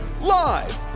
Live